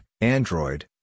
Android